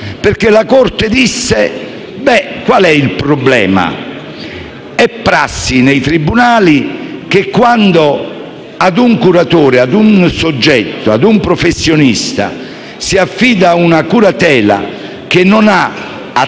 perché la Corte disse: qual è il problema? È prassi nei tribunali che, quando a un curatore o a un professionista si affida una curatela che non ha attivo,